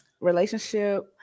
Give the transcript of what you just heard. relationship